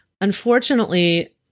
unfortunately